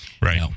Right